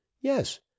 Yes